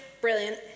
brilliant